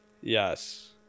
yes